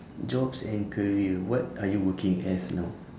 jobs and career what are you working as now